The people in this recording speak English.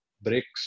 bricks